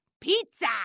Pizza